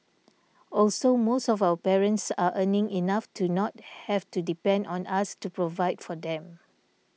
also most of our parents are earning enough to not have to depend on us to provide for them